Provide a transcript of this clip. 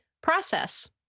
Process